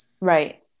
right